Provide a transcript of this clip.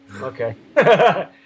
Okay